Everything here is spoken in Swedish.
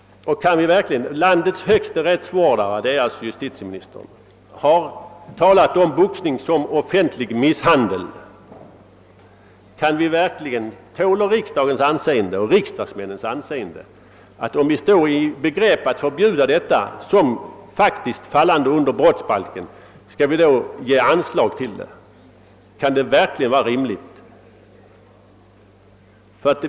Landets högste rättsvårdare, justitieministern, har talat om boxning som offentlig misshandel. Tål riksdagens och riksdagsmännens anseende att vi ger anslag till denna verksamhet, om vi samtidigt står i begrepp att förbjuda den såsom faktiskt fallande under brottsbalken? Kan det verkligen vara rimligt?